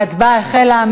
ההצבעה החלה.